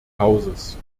hauses